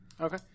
Okay